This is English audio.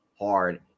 hard